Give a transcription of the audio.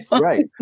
right